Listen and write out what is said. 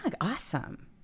Awesome